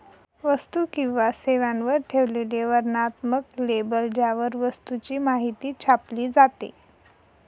वस्तू किंवा सेवांवर ठेवलेले वर्णनात्मक लेबल ज्यावर वस्तूची माहिती छापली जाते